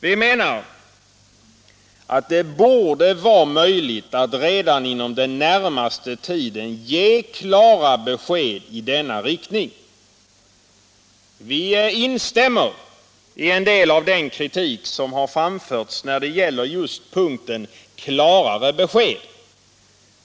Vi menar att det redan inom den närmaste tiden borde vara möjligt att ge klara besked i denna riktning. Vi instämmer i en del av den kritik som framförts just när det gäller punkten ”klarare besked”.